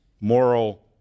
moral